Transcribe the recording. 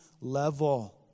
level